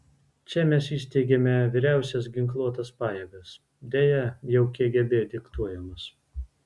čia mes įsteigėme vyriausias ginkluotas pajėgas deja jau kgb diktuojamas